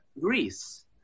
Greece